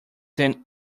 than